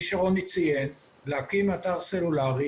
כמו שרוני ציין, כדי להקים אתר סלולרי